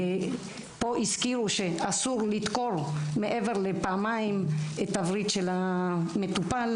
פה הזכירו שאסור לדקור מעבר לפעמיים את הווריד של המטופל,